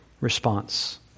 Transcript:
response